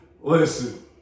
Listen